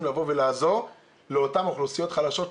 לבוא ולעזור לאותן אוכלוסיות חלשות.